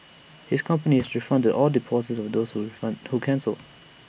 his company has refunded all deposits of those who refund who cancelled